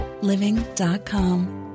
living.com